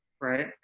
Right